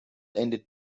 endet